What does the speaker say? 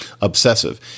obsessive